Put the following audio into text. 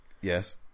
Yes